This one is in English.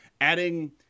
adding